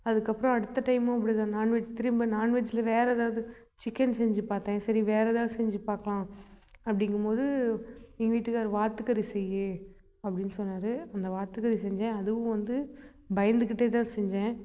அதுக்கப்புறம் அடுத்த டைமும் இப்படி தான் நாண்வெஜ் திரும்ப நாண்வெஜ்ல வேற எதாவது சிக்கன் செஞ்சு பார்த்தேன் சரி வேற எதாவது செஞ்சு பாக்கலாம் அப்படிங்கும் போது எங்கள் வீட்டுக்கார் வாத்து கறி செய்யி அப்படின்னு சொன்னார் அந்த வாத்து கறி செஞ்சேன் அதுவும் வந்து பயந்துக்கிட்டே தான் செஞ்சேன்